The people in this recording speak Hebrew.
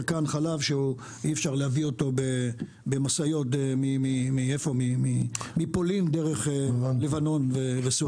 כאן חלב שאי אפשר להביא במשאיות מפולין דרך לבנון וסוריה.